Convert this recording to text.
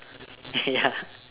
ya